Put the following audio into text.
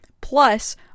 Plus